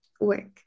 work